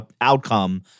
outcome